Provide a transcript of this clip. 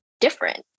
different